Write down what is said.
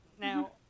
Now